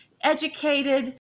educated